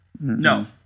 No